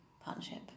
partnership